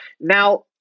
now